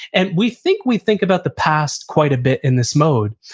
and we think we think about the past quite a bit in this mode.